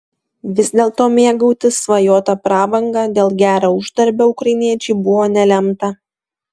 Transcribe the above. vis dėlto mėgautis svajota prabanga dėl gero uždarbio ukrainiečiui buvo nelemta